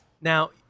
Now